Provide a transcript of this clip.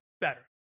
better